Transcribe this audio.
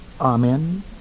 Amen